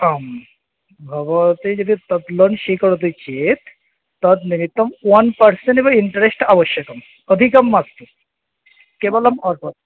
आं भवति चेत् तद् लोन् स्वीकरोति चेत् तद् निमित्तं वन् पर्सेण्टेव इन्ट्रेस्ट् आवश्यकम् अधिकं मास्तु केवलम् अस्तु अस्तु